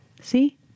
See